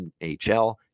NHL